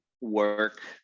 work